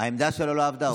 לא עבדה.